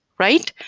right?